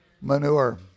manure